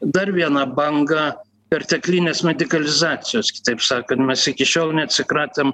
dar vieną bangą perteklinės medikalizacijos kitaip sakant mes iki šiol neatsikratėm